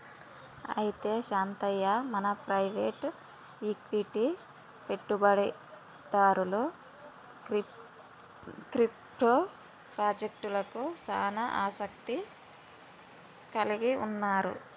అయితే శాంతయ్య మన private equity పెట్టుబడిదారులు క్రిప్టో పాజెక్టలకు సానా ఆసత్తి కలిగి ఉన్నారు